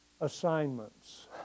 Assignments